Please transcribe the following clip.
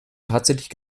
tatsächlich